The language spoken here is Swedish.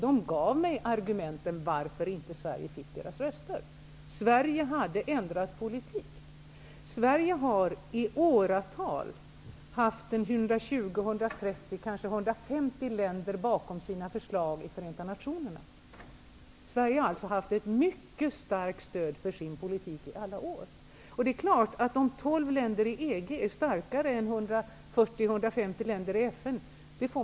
De gav mig skälen till att Sverige inte fick deras röster. Sverige hade ändrat politik. Sverige har i åratal haft 120--130, kanske upp till 150 länder bakom sina förslag i Förenta nationerna. Sverige har alltså haft ett mycket starkt stöd för sin politik i alla år. Man kan ju själv räkna ut om 12 länder i EG är starkare än 140--150 länder i FN.